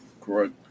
correct